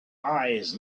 eyes